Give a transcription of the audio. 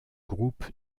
groupe